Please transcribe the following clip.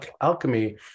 alchemy